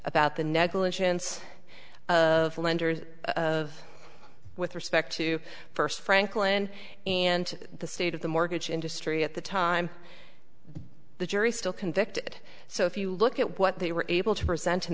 about the negligence of lenders of with respect to first franklin and the state of the mortgage industry at the time the jury still convicted so if you look at what they were able to present in